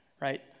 right